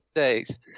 days